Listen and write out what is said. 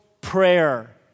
prayer